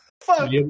Fuck